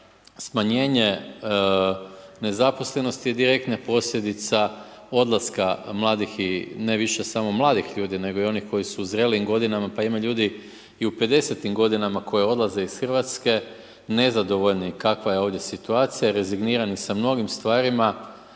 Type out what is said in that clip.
smanjenje nezaposlenosti je direktna posljedica odlaska mladih i ne više samo mladih ljudi, nego i onih koji su u zrelijim godinama, pa imaju i ljudi i u 50-tim godinama koji odlaze iz Hrvatske nezadovoljni kakva je ovdje situacija i rezignirani sa mnogim stvarima,